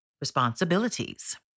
Responsibilities